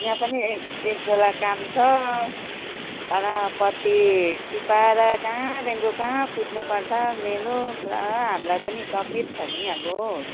यहाँ पनि एक एक बेला काम छ तर पत्ती टिपाएर कहाँदेखिको कहाँ कुद्नुपर्छ मेलो पुरा हामीलाई पनि तकलिफ छ नि अब